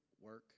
Work